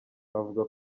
bavuga